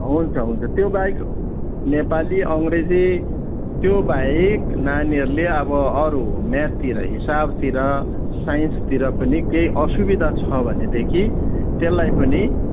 हुन्छ हुन्छ त्योबाहेक नेपाली अङ्ग्रेजी त्योबाहेक नानीहरूले अब अरू म्याथतिर हिसाबतिर साइन्सतिर पनि केही असुविधा छ भनेदेखि त्यसलाई पनि